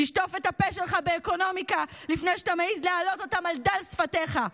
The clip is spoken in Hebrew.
תשטוף את הפה שלך באקונומיקה לפני שאתה מעז להעלות על דל שפתיך.